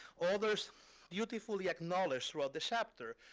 others beautifully acknowledged throughout the chapter.